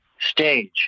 stage